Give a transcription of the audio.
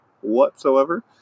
whatsoever